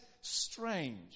strange